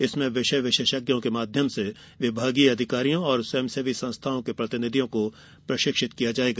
इसमें विषय विशेषज्ञों के माध्यम से विभागीय अधिकारियों और स्वयंसेवी संस्थाओं के प्रतिनिधियों को प्रशिक्षित किया जायेगा